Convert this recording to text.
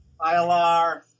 ILR